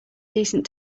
decent